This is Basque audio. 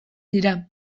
dira